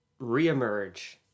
reemerge